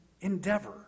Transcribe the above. endeavor